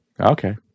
Okay